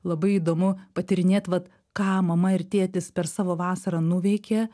labai įdomu patyrinėt vat ką mama ir tėtis per savo vasarą nuveikė